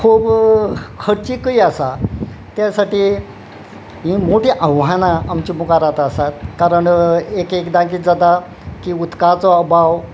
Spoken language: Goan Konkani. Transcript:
खूब खर्चीकूय आसा त्या साठी ही मोटी आव्हानां आमच्या मुखारांत आसात कारण एकदां किद जाता की उदकाचो अभाव